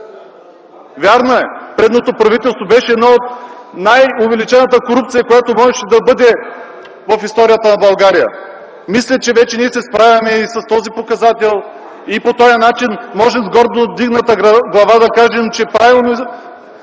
Вярно е, предишното правителство беше с най-увеличената корупция, която можеше да бъде в историята на България. Мисля, че ние вече се справяме и с този показател и по този начин можем гордо, с гордо вдигната глава можем да кажем, че правилно